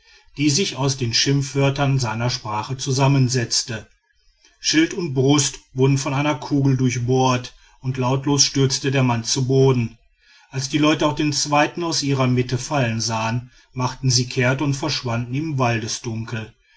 die sich aus den schimpfworten seiner sprache zusammensetzte schild und brust wurden von einer kugel durchbohrt und lautlos stürzte der mann zu boden als die leute auch den zweiten aus ihrer mitte fallen sahen machten sie kehrt und verschwanden im